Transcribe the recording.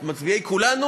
את מצביעי כולנו?